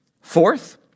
Fourth